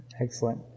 Excellent